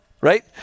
right